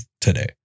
today